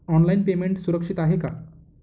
Online payment सुरक्षित आहे का?